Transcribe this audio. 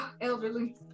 Elderly